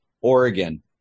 Oregon